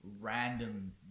random